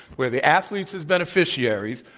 where the athletes, as beneficiaries,